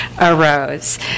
arose